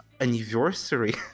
anniversary